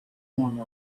perform